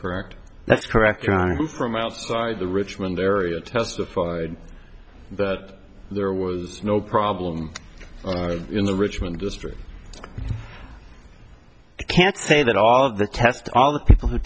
correct that's correct from outside the richmond area testified that there was no problem in the richmond district can't say that all of the test all the people who